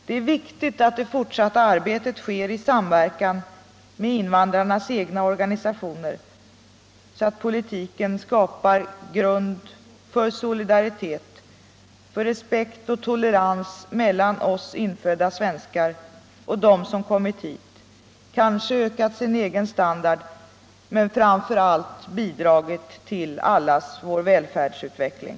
Det är viktigt att det fortsatta arbetet sker i samverkan med invandrarnas egna organisationer, så att politiken skapar grund för solidaritet, för respekt och tolerans mellan oss infödda svenskar och dem som kommit hit, kanske höjt sin egen standard, men framför allt bidragit till allas vår välfärdsutveckling.